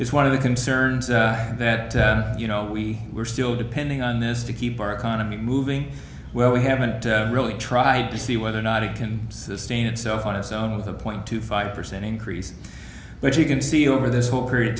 is one of the concerns that you know we were still depending on this to keep our economy moving well we haven't really tried to see whether or not it can sustain itself on its own with a point two five percent increase which you can see over this whole period of